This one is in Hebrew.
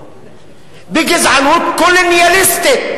בגזענות קולוניאליסטית,